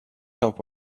top